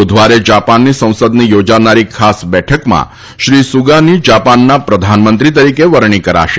બુધવારે જાપાનની સંસદની યોજાનારી ખાસ બેઠકમાં શ્રી સુગાની જાપાનના પ્રધાનમંત્રી તરીકે વરણી કરાશે